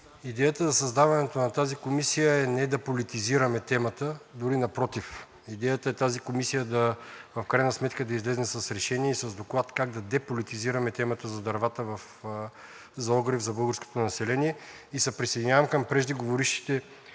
Идеята за създаването на тази комисия е не да политизираме темата, дори напротив, идеята е тази комисия в крайна сметка да излезе с решение и с доклад как да деполитизираме темата за дървата за огрев за българското население. Присъединявам се към преждеговорившите